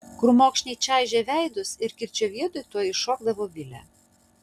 krūmokšniai čaižė veidus ir kirčio vietoj tuoj iššokdavo vilė